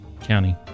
County